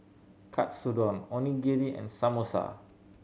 Katsudon Onigiri and Samosa